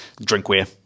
Drinkware